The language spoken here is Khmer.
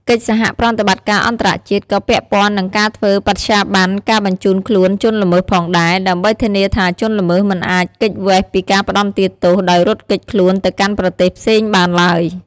កិច្ចសហប្រតិបត្តិការអន្តរជាតិក៏ពាក់ព័ន្ធនឹងការធ្វើបត្យាប័នការបញ្ជូនខ្លួនជនល្មើសផងដែរ ដើម្បីធានាថាជនល្មើសមិនអាចគេចវេសពីការផ្តន្ទាទោសដោយរត់គេចខ្លួនទៅកាន់ប្រទេសផ្សេងបានឡើយ។